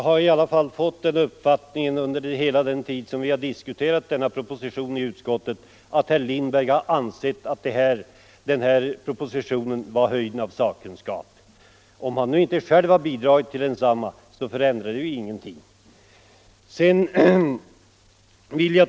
Herr talman! Jag har i alla fall under hela den tid som vi diskuterat denna proposition i utskottet fått uppfattningen att herr Lindberg anser att den är höjden av sakkunskap. Om han nu inte själv har bidragit till densamma så förändrar det ju ingenting.